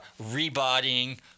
rebodying